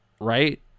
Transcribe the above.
right